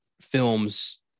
films